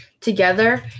together